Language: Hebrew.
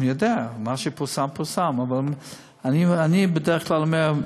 אני יודע.